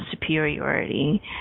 superiority